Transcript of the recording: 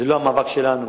ללא המאבק שלנו